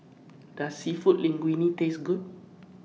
Does Seafood Linguine Taste Good